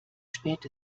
spät